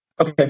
Okay